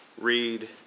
read